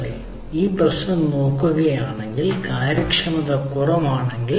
നിങ്ങൾ പ്രശ്നം നോക്കുകയാണെങ്കിൽ നിങ്ങളുടെ കാര്യക്ഷമത കുറവാണെങ്കിൽ